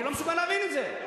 אני לא מסוגל להבין את זה.